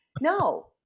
no